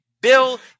Bill